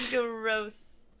Gross